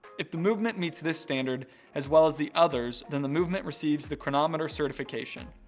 if the movement meets this standard, as well as the others then the movement receives the chronometer certification.